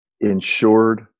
insured